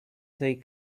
they